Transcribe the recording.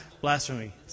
Blasphemy